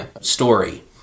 story